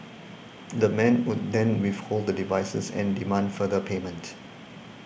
the men would then withhold the devices and demand further payment